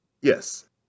Yes